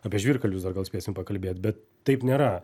apie žvyrkelius dar gal spėsim pakalbėt bet taip nėra